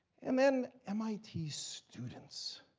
and then, mit students,